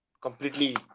completely